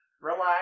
Relax